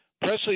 Presley